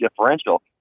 differential